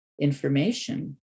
information